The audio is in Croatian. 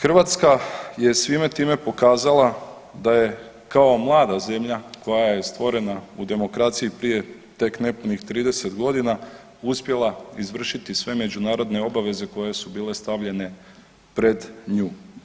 Hrvatska je svime time pokazala da je kao mlada zemlja koja je stvorena u demokraciji prije tek nepunih 30 godina uspjela izvršiti sve međunarodne obaveze koje su bile stavljene pred nju.